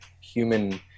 human